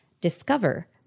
discover